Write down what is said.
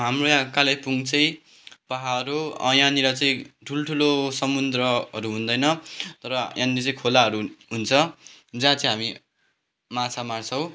हाम्रो यहाँ कालेबुङ चाहिँ पाहाड हो यहाँनिर चाहिँ ठुल्ठुलो समुद्रहरू हुँदैन तर यहाँनिर चाहिँ खोलाहरू हुन्छ जहाँ चाहिँ हामी माछा मार्छौँ